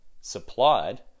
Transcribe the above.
supplied